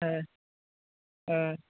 हय हय